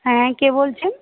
হ্যাঁ কে বলছেন